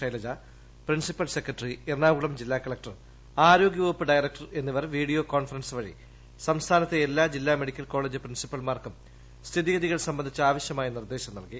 Shailaja principal secretary Ernakulam ജില്ലാകളക്ടർ ആരോഗൃവകുപ്പ് director എന്നിവർ വീഡിയോ കോൺഫറൻസ് വഴി സംസ്ഥാനത്തെ എല്ലാ ജില്ലാ മെഡിക്കൽ കോളേജ് പ്രിൻസിപ്പൽമാർക്കും സ്ഥിതഗതികൾ സംബന്ധിച്ച് ആവശ്യമായ നിർദ്ദേശം നൽകി